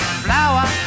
flower